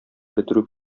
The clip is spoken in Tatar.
бетерү